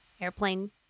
airplane